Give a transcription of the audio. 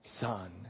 son